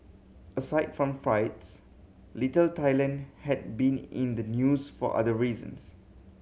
aside from fights Little Thailand had been in the news for other reasons